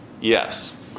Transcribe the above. Yes